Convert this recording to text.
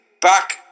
back